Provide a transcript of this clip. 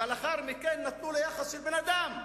ולאחר מכן נתנו לה יחס של בן-אדם.